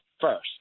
first